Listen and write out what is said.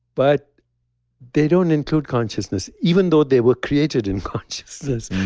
but they don't include consciousness, even though they were created in consciousness.